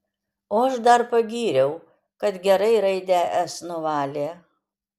o aš dar pagyriau kad gerai raidę s nuvalė